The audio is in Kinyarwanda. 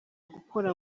gukora